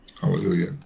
hallelujah